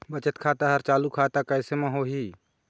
बचत खाता हर चालू खाता कैसे म होही?